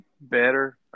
better